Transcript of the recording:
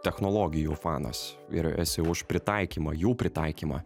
technologijų fanas ir esi už pritaikymą jų pritaikymą